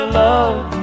love